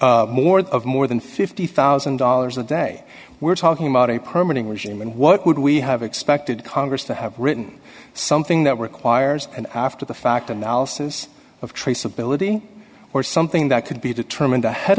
more of more than fifty thousand dollars a day we're talking about a permanent regime and what would we have expected congress to have written something that requires an after the fact analysis of traceability or something that could be determined ahead